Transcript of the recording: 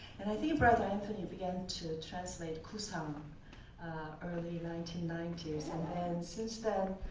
and i think brother anthony began to translate ku sang um early nineteen ninety s. and then since then,